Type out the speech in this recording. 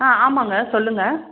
ஆ ஆமாங்க சொல்லுங்க